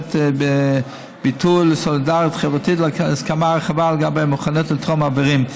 נותנת ביטוי לסולידריות חברתית ולהסכמה רחבה לגבי המוכנות לתרום איברים.